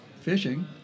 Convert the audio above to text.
fishing